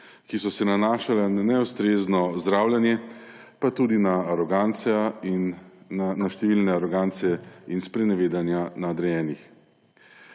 ki so se nanašala na neustrezno zdravljenje pa tudi na številne arogance in sprenevedanja nadrejenih.